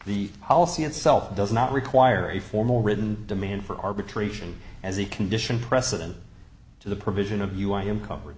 the policy itself does not require a formal written demand for arbitration as a condition precedent to the provision of you i am covered